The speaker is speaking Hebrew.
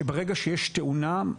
שברגע שיש תאונה,